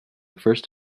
first